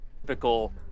Typical